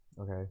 Okay